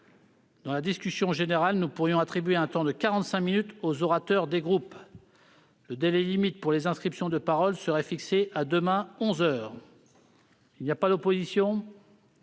Dans la discussion générale, nous pourrions attribuer un temps de 45 minutes aux orateurs des groupes. Le délai limite pour les inscriptions de parole serait fixé à demain, onze heures. Il n'y a pas d'opposition ?